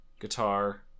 guitar